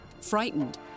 Frightened